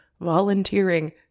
volunteering